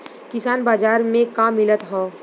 किसान बाजार मे का मिलत हव?